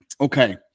Okay